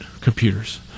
computers